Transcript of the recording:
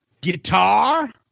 Guitar